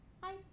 hi